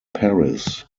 paris